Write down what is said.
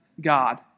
God